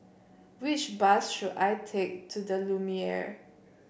which bus should I take to the Lumiere